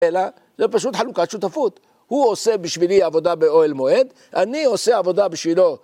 אלא זה פשוט חלוקת שותפות, הוא עושה בשבילי עבודה באוהל מועד, אני עושה עבודה בשבילו